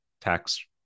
tax